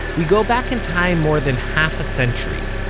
we go back in time more than half-a-century,